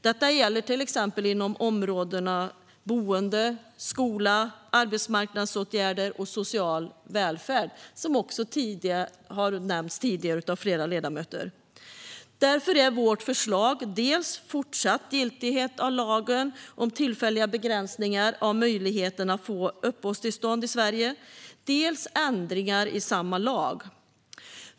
Detta gäller till exempel inom områden som boende, skola, arbetsmarknadsåtgärder och social välfärd, som också har nämnts tidigare av flera ledamöter. Därför är vårt förslag dels fortsatt giltighet för lagen om tillfälliga begränsningar av möjligheten att få uppehållstillstånd i Sverige, dels ändringar i samma lag.